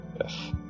Yes